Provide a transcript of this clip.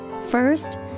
First